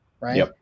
Right